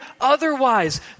otherwise